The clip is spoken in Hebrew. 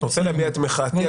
רוצה להביע את מחאתי,